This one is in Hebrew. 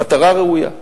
מטרה ראויה.